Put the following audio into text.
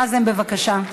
נאזם, בבקשה.